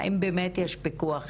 האם באמת יש פיקוח?